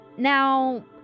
Now